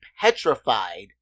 petrified